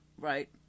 Right